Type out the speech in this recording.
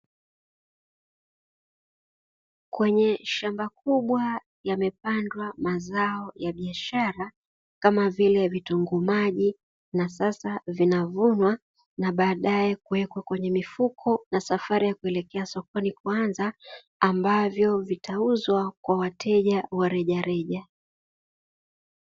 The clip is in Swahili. Kwenye shamba kubwa yamepandwa mazao ya biashara kama vile vitunguu maji na sasa vinavunwa na baadae kuwekwa kwenye mifuko na safari ya kuelekea sokoni kuanza, ambavyo vitauzwa kwa wateja wa reja reja.